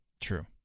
True